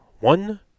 one